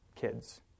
kids